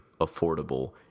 affordable